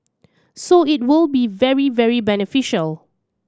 so it will be very very beneficial